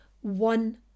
one